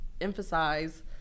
emphasize